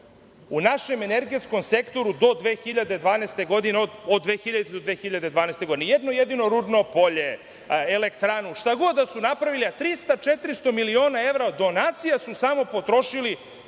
u našem energetskom sektoru od 2000. do 2012. godine? Ni jedno jedino rudno polje, elektranu, šta god da su napravili, a 300-400 miliona evra od donacija su samo potrošili